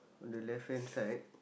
on the left hand side